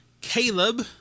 Caleb